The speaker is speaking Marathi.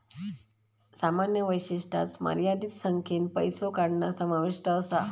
सामान्य वैशिष्ट्यांत मर्यादित संख्येन पैसो काढणा समाविष्ट असा